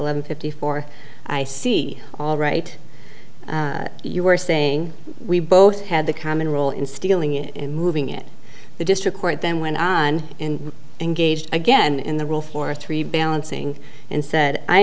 eleven fifty four i see all right you were saying we both had the common role in stealing it and moving it the district court then went on and engaged again in the role for three balancing and said i